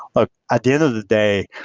ah at the end of the day,